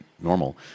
normal